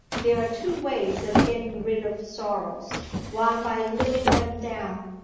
there are two ways of getting rid of sorrows one by living them down,